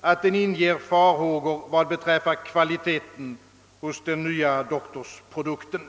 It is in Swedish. att den inger farhågor för kvaliteten hos den nya doktorsprodukten.